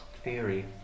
Theory